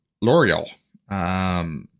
L'Oreal